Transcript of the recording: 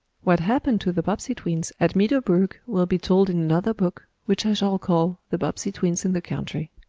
what happened to the bobbsey twins at meadow brook will be told in another book, which i shall call, the bobbsey twins in the country.